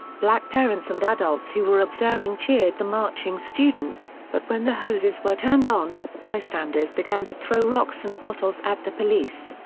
black parents and adults who were observing cheered the marching students, but when the hoses were turned on, bystanders began to throw rocks and bottles at the police.